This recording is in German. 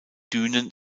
dünen